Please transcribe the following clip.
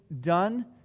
done